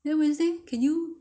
then wednesday can you